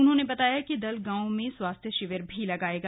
उन्होंने बताया कि दल गांव में स्वास्थ्य शिविर भी लगाएगा